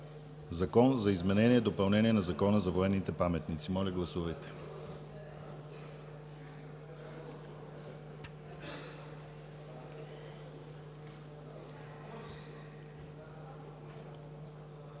„Закон за изменение и допълнение на Закона за военните паметници“. Моля, гласувайте.